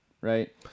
right